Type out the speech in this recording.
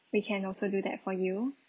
we can also do that for you